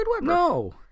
No